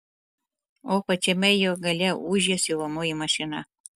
o pačiame jo gale ūžia siuvamoji mašina